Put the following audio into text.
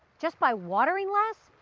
just by watering less?